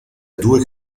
due